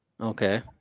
Okay